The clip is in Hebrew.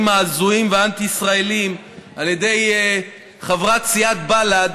לדברים ההזויים והאנטי-ישראליים על ידי חברת סיעת בל"ד,